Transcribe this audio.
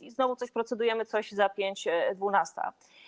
i znowu procedujemy coś za pięć dwunasta.